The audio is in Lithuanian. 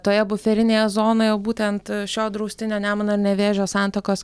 toje buferinėje zonoje jau būtent šio draustinio nemuno ir nevėžio santakos